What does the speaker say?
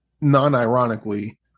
non-ironically